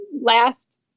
last